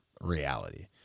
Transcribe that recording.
reality